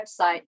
website